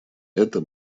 это